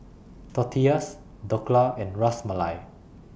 Tortillas Dhokla and Ras Malai